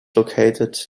located